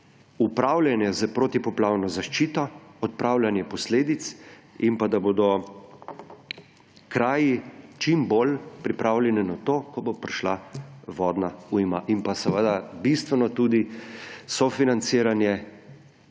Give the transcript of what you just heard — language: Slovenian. upravljanje s protipoplavno zaščito, odpravljanje posledic in da bodo kraji čim bolj pripravljeni na to, ko bo prišla vodna ujma. Bistveno, seveda, pa je tudi sofinanciranje